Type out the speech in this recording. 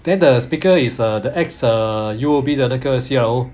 then the speaker is err the ex err U_O_B 的那个 C_R_O